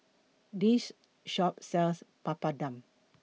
This Shop sells Papadum